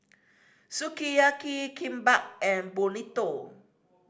Sukiyaki Kimbap and Burrito